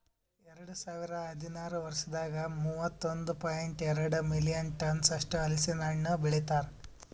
ಎರಡು ಸಾವಿರ ಹದಿನಾರು ವರ್ಷದಾಗ್ ಮೂವತ್ತೊಂದು ಪಾಯಿಂಟ್ ಎರಡ್ ಮಿಲಿಯನ್ ಟನ್ಸ್ ಅಷ್ಟು ಹಲಸಿನ ಹಣ್ಣು ಬೆಳಿತಾರ್